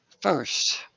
first